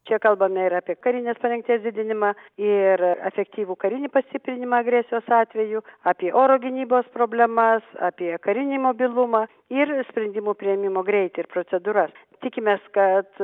čia kalbame ir apie karinės parengties didinimą ir efektyvų karinį pastiprinimą agresijos atveju apie oro gynybos problemas apie karinį mobilumą ir sprendimų priėmimo greitį ir procedūras tikimės kad